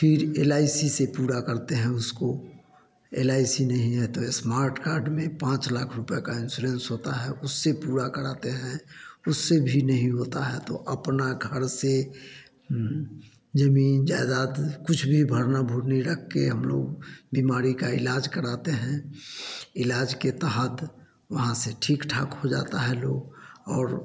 फिर L I C से पूरा करते हैं उसको एल आई सी नहीं है तो स्मार्ट कार्ड में पाँच लाख रूपए का इन्सुरेंस होता है उससे पूरा कराते हैं उससे भी नहीं होता है तो अपना घर से हम जमीन जायजाद कुछ भी भरना भुरनी रख के हम लोग बीमारी का इलाज कराते हैं इलाज के तहत वहाँ से ठीक ठाक हो जाता है लोग और